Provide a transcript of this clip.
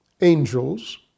angels